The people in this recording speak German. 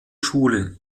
schule